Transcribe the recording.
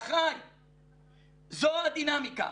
זו הדינמיקה.